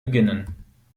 beginnen